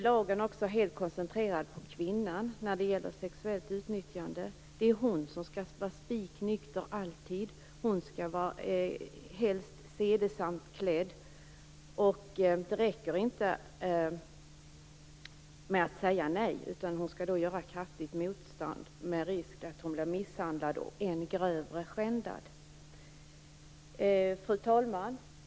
Lagen är också helt koncentrerad på kvinnan när det gäller sexuellt utnyttjande. Det är hon som alltid skall vara spik nykter, och hon skall helst vara sedesamt klädd. Det räcker inte med att säga nej, utan hon skall göra kraftigt motstånd, med risk att bli misshandlad och än grövre skändad. Fru talman!